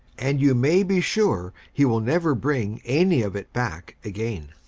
and you may be sure he will never bring any of it back again.